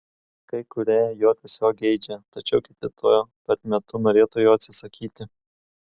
kai kurie jo tiesiog geidžia tačiau kiti tuo pat metu norėtų jo atsisakyti